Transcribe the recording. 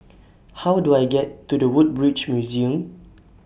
How Do I get to The Woodbridge Museum